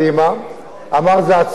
אמר שזו ההצעה הטובה ביותר,